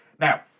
Now